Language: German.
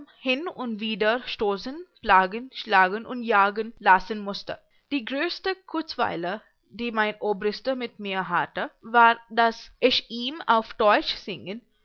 hin und wieder stoßen plagen schlagen und jagen lassen mußte die größte kurzweile die mein obrister mit mir hatte war daß ich ihm auf teutsch singen